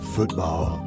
Football